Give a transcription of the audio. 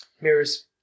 Mirrors